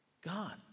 God